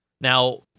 Now